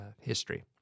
history